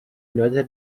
notre